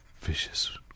vicious